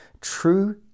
true